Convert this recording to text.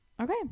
Okay